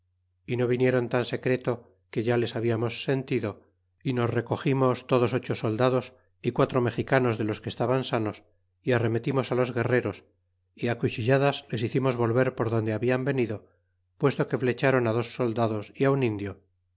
y no vinieron tan secreto que ya les hablamos sentido y nos recogimos todos ocho soldados y quatro mexicanos de los que estaban sanos y arremetimos a los guerreros y cuchilladas les hicimos volver por donde hablan venido puesto que flecharon dos soldados y un indio